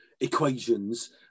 equations